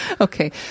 Okay